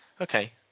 Okay